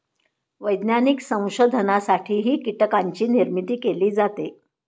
वैज्ञानिक संशोधनासाठीही कीटकांची निर्मिती केली जाते